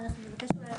אנחנו ,לא רק